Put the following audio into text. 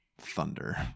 Thunder